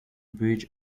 bridge